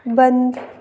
बंद